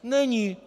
Není!